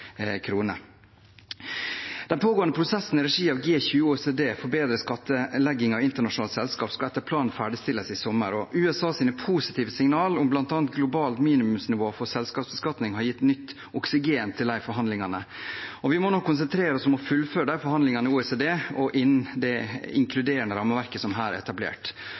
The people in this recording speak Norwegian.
pågående prosessene i regi av G20 og OECD for bedre skattlegging av internasjonale selskap skal etter planen ferdigstilles i sommer, og de positive signalene fra USA om bl.a. globalt minimumsnivå for selskapsbeskatning har gitt nytt oksygen til de forhandlingene. Vi må nå konsentrere oss om å fullføre disse forhandlingene i OECD og det inkluderende rammeverket som er etablert.